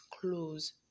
close